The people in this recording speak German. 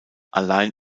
allein